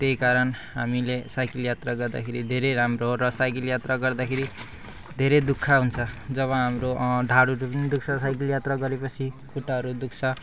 त्यही कारण हामीले साइकल यात्रा गर्दाखेरि धेरै राम्रो हो र साइकल यात्रा गर्दाखेरि धेरै दुःख हुन्छ जब हाम्रो ढाडहरू पनि दुख्छ साइकल यात्रा गरेपछि खुट्टाहरू दुख्छ